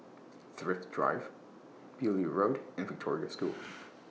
Thrift Drive Beaulieu Road and Victoria School